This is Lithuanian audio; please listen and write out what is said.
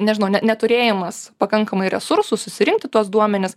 nežinau ne neturėjimas pakankamai resursų susirinkti tuos duomenis